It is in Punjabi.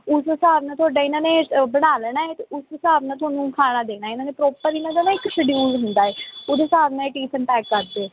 ਉਸ ਹਿਸਾਬ ਨਾਲ ਤੁਹਾਡਾ ਇਹਨਾਂ ਨੇ ਬਣਾ ਲੈਣਾ ਹੈ ਅਤੇ ਉਸ ਹਿਸਾਬ ਨਾਲ ਤੁਹਾਨੂੰ ਖਾਣਾ ਦੇਣਾ ਇਹਨਾਂ ਨੇ ਪ੍ਰੋਪਰ ਇਹਨਾਂ ਦਾ ਨਾ ਇੱਕ ਸ਼ਡਿਊਲ ਹੁੰਦਾ ਹੈ ਉਹਦੇ ਹਿਸਾਬ ਨਾਲ ਇਹ ਟੀਫਨ ਪੈਕ ਕਰਦੇ